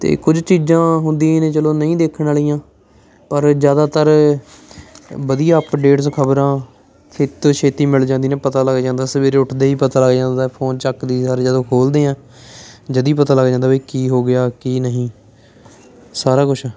ਅਤੇ ਕੁਝ ਚੀਜ਼ਾਂ ਹੁੰਦੀਆਂ ਹੀ ਨੇ ਚੱਲੋ ਨਹੀਂ ਦੇਖਣ ਵਾਲੀਆਂ ਪਰ ਜ਼ਿਆਦਾਤਰ ਵਧੀਆ ਅਪਡੇਟਸ ਖਬਰਾਂ ਛੇਤੀ ਤੋਂ ਛੇਤੀ ਮਿਲ ਜਾਂਦੀਆਂ ਨੇ ਪਤਾ ਲੱਗ ਜਾਂਦਾ ਸਵੇਰੇ ਉੱਠਦੇ ਹੀ ਪਤਾ ਲੱਗ ਜਾਂਦਾ ਫੋਨ ਚੱਕ ਦੀ ਸਾਰ ਜਦੋਂ ਖੋਲਦੇ ਹਾਂ ਜਦ ਹੀ ਪਤਾ ਲੱਗ ਜਾਂਦਾ ਕੀ ਹੋ ਗਿਆ ਕੀ ਨਹੀਂ ਸਾਰਾ ਕੁਛ